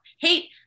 hate